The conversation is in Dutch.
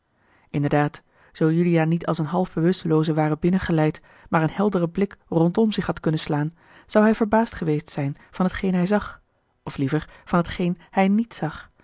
inderdaad zoo juliaan niet als een half bewustelooze ware binnengeleid maar een helderen blik rondom zich had kunnen slaan zou hij verbaasd geweest zijn van t geen hij zag of liever van t geen hij niet zag